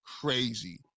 crazy